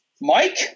Mike